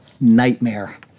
nightmare